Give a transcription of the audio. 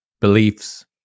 beliefs